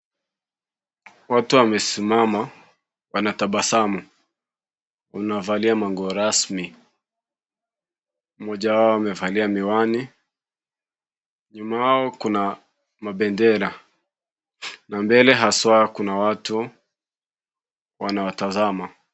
Watu wamesimama wanatabasamu, wanaovalia manguo rasmi. Mmoja wao amevalia miwani, nyuma yao kuna mabendera, na mbele haswa kuna watu wanawatazama.